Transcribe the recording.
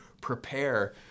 prepare